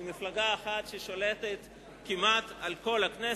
עם מפלגה אחת ששולטת כמעט על כל הכנסת,